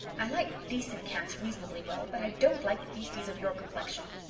i like decent cats reasonably well but i don't like beasties of your complexion.